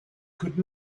could